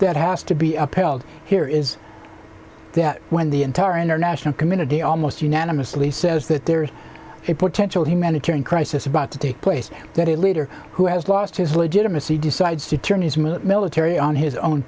that has to be upheld here is when the entire international community almost unanimously says that there is a potential humanitarian crisis about to take place that a leader who has lost his legitimacy decides to turn his mill military on his own